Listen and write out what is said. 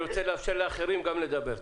אני רוצה לאפשר גם לאחרים לדבר.